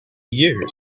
years